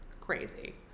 crazy